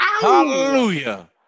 Hallelujah